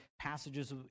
passages